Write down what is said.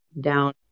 down